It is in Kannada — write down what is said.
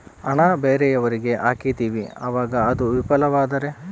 ಹಣ ಬೇರೆಯವರಿಗೆ ಹಾಕಿದಿವಿ ಅವಾಗ ಅದು ವಿಫಲವಾದರೆ?